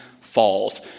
Falls